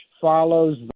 follows